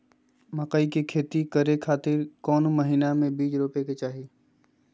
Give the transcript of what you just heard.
मकई के खेती करें खातिर कौन महीना में बीज रोपे के चाही?